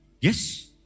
Yes